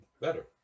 better